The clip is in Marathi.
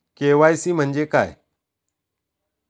के.वाय.सी म्हणजे काय?